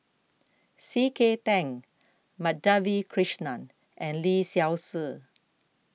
C K Tang Madhavi Krishnan and Lee Seow Ser